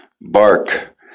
Bark